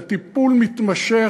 זה טיפול מתמשך,